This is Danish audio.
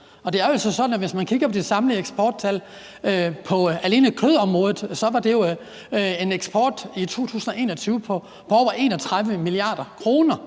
hvis man kigger på de samlede eksporttal, at alene på kødområdet var det en eksport i 2021 på over 31 mia. kr.